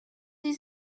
sie